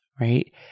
right